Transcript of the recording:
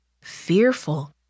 fearful